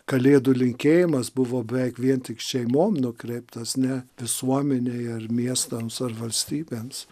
kalėdų linkėjimas buvo beveik vien tik šeimom nukreiptas ne visuomenei ar miestams ar valstybėms